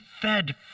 fed